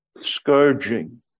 scourging